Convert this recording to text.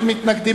מי נגד?